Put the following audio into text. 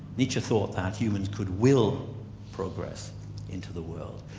nietzsche thought that humans could will progress into the world,